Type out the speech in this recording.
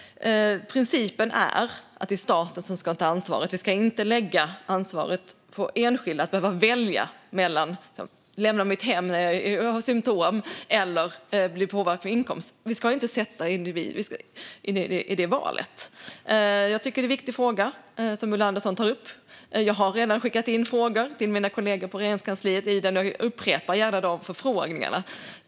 Principen är att det är staten som ska ta ansvaret. Vi ska inte lägga ansvaret på enskilda att välja mellan att lämna hemmet när de har symtom och att få sin inkomst påverkad. Vi ska inte sätta individer i den valsituationen. Jag tycker att det är en viktig fråga som Ulla Andersson tar upp. Jag har redan skickat in frågor till mina kollegor på Regeringskansliet. Jag upprepar gärna de förfrågningarna.